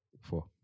four